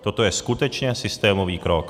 Toto je skutečně systémový krok.